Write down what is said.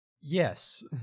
Yes